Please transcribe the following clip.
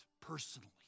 personally